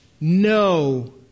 no